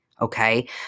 Okay